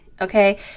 okay